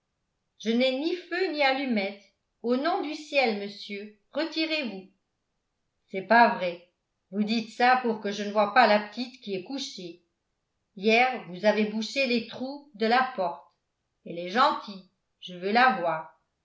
je n'ai ni feu ni allumettes au nom du ciel monsieur retirez-vous c'est pas vrai vous dites ça pour que je ne voie pas la petite qui est couchée hier vous avez bouché les trous de la porte elle est gentille je veux la voir